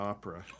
Opera